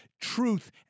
truth